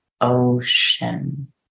ocean